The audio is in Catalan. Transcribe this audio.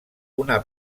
una